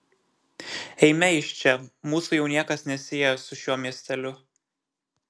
eime iš čia mūsų jau niekas nesieja su šiuo miesteliu